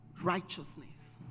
righteousness